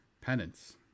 penance